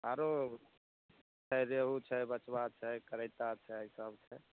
आरो रेहु छै बचबा छै करैता छै सब छै